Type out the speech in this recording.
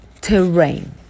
terrain